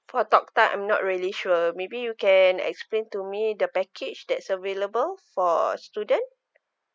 for talk time I'm not really sure maybe you can explain to me the package that's available for student